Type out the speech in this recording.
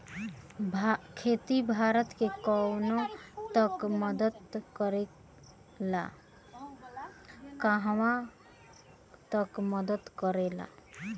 खेती भारत के कहवा तक मदत करे ला?